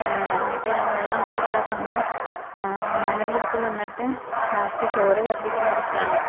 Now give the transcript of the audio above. എന്നിട്ട് വെള്ളം കിട്ടാത്തോണ്ട് മണലെടുത്ത് തിന്നിട്ട് ലാസ്റ്റ് ചോര ചര്ദ്ദിച്ച് മരിക്കാണ്